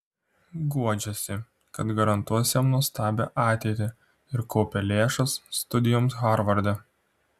guodžiasi kad garantuos jam nuostabią ateitį ir kaupia lėšas studijoms harvarde